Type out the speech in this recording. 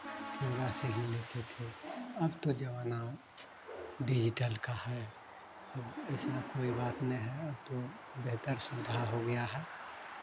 camera से ही लेते थे अब तो ज़माना डिज़िटल का है अब ऐसा कोई बात नहीं है अब तो बेहतर सुविधा हो गया है